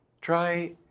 Try